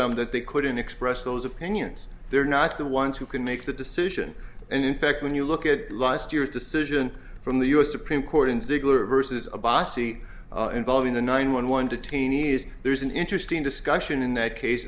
them that they couldn't express those opinions they're not the ones who can make the decision and in fact when you look at last year's decision from the u s supreme court in ziegler versus abbassi involving the nine one one detainees there's an interesting discussion in that case